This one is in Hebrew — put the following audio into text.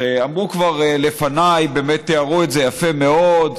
אמרו כבר לפניי, באמת תיארו את זה יפה מאוד: